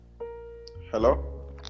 hello